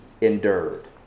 endured